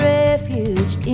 refuge